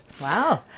Wow